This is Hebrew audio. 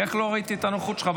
איך לא ראיתי את הנוכחות שלך?